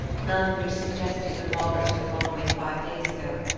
none which suggested the robert who had gone away five days ago,